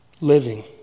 living